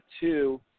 Two